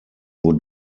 would